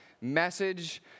message